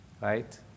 right